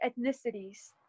ethnicities